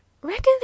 Reckon